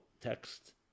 text